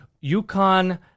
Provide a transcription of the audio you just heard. Yukon